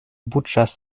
buĉas